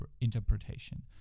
interpretation